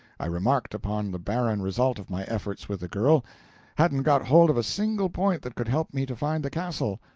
i remarked upon the barren result of my efforts with the girl hadn't got hold of a single point that could help me to find the castle.